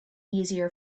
easier